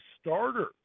starter